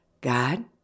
God